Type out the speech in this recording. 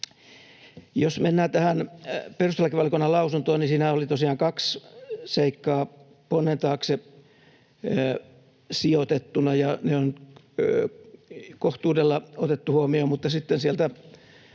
Jos mennään tähän perustuslakivaliokunnan lausuntoon, niin siinähän oli tosiaan kaksi seikkaa ponnen taakse sijoitettuina, ja ne on kohtuudella otettu huomioon, mutta sitten siellä